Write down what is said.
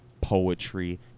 poetry